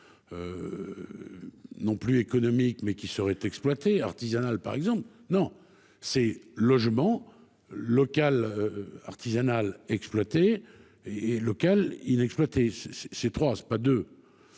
Non plus économique, mais qui seraient exploités artisanale par exemple non ces logements local artisanal exploités. Et lequel inexploité. Ces trois pas de.